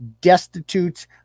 destitute